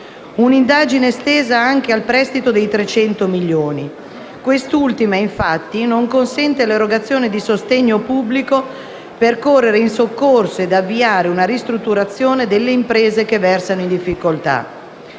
un'indagine estesa anche al prestito di 300 milioni di euro. Tale normativa, infatti, non consente l'erogazione di sostegno pubblico per correre in soccorso e avviare una ristrutturazione delle imprese che versano in difficoltà.